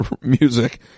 music